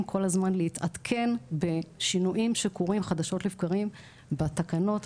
כל הזמן להתעדכן בשינויים שקורים חדשות לבקרים בתקנות,